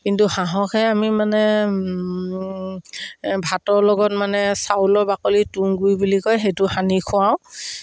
কিন্তু হাঁহকহে আমি মানে ভাতৰ লগত মানে চাউলৰ বাকলি তুঁহগুৰি বুলি কয় সেইটো সানি খুৱাওঁ